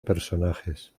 personajes